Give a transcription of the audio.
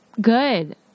Good